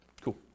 Cool